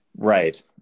Right